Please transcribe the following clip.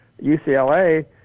UCLA